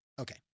Okay